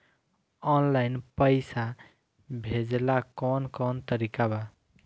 Online पइसा भेजेला कवन कवन तरीका बा?